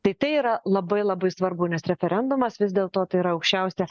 tai tai yra labai labai svarbu nes referendumas vis dėlto tai yra aukščiausia